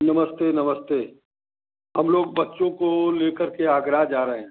नमस्ते नमस्ते हम लोग बच्चों को लेकर के आगरा जा रहे हैं